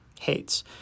hates